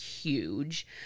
huge